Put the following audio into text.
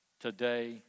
today